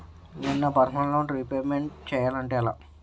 నేను నా personal loan repayment చేయాలంటే ఎలా?